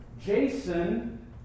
Jason